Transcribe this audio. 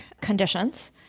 conditions